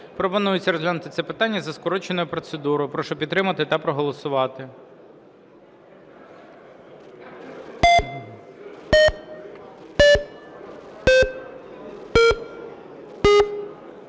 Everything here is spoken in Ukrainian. Пропонується розглянути це питання за скороченою процедурою. Прошу підтримати та проголосувати.